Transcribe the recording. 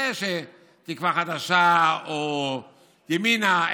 זה שתקווה חדשה או ימינה,